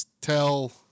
tell